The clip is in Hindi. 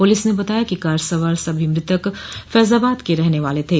पुलिस ने बताया कि कार सवार सभी मृतक फैजाबाद के रहने वाले थे